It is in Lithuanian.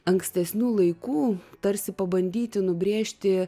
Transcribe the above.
ankstesnių laikų tarsi pabandyti nubrėžti